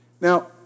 Now